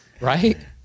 Right